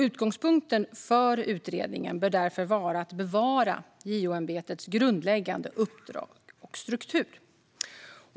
Utgångspunkten för utredningen bör därför vara att bevara JO-ämbetets grundläggande uppdrag och struktur.